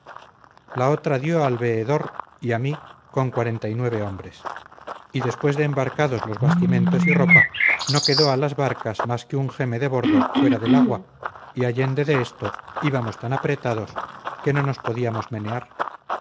la otra dio al veedor y a mí con cuarenta y nueve hombres y después de embarcados los bastimentos y ropa no quedó a las barcas más que un jeme de bordo fuera del agua y allende de esto íbamos tan apretados que no nos podíamos menear